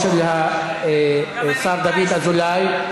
אני מבקש להוסיף את שמו של השר דוד אזולאי.